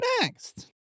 next